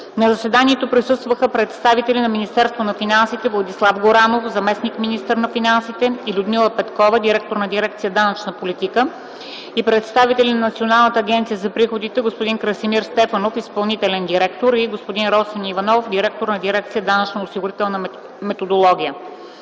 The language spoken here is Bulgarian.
На заседанието присъстваха: представители на Министерството на финансите Владислав Горанов – заместник-министър на финансите, и Людмила Петкова – директор на дирекция „Данъчна политика”, и представители на Националната агенция за приходите – Красимир Стефанов – изпълнителен директор, Росен Иванов – директор на дирекция „Данъчно-осигурителна методология”